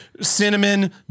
cinnamon